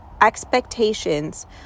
expectations